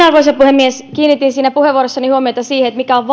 arvoisa puhemies kiinnitin puheenvuorossani huomiota siihen mitkä ovat